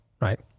right